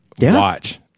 watch